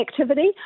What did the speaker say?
activity